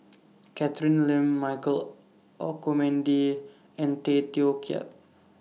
Catherine Lim Michael Olcomendy and Tay Teow Kiat